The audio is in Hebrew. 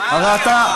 הרי אתה,